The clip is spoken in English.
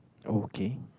okay